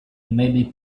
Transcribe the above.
maybe